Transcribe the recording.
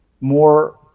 more